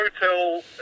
hotel